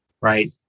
right